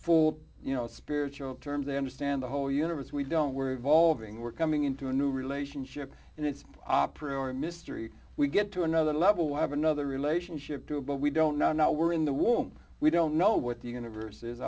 for you know spiritual terms they understand the whole universe we don't we're evolving we're coming into a new relationship and it's opera or mystery we get to another level we have another relationship to but we don't know now we're in the womb we don't know what the universe is